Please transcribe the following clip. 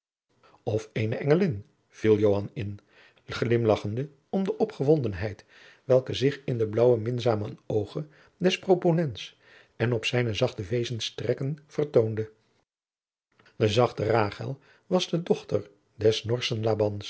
eene engelin viel joan in glimlagchende om de opgewondenheid welke zich in de blaauwe minzame oogen des proponents en op zijne zachte wezenstrekken vertoonde de zachte rachel was de dochter